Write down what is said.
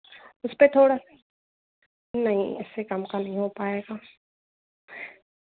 उसपे थोड़ा नहीं उससे कम का नहीं हो पाएगा